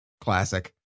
Classic